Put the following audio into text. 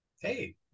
hey